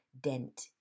dent